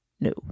no